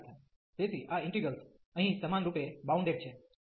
તેથી આ ઇન્ટિગ્રેલ્સ અહીં સમાનરૂપે બાઉન્ડેડ bounded છે